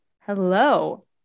Hello